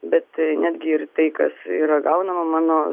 bet netgi ir tai kas yra gaunama mano